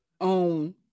own